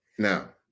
Now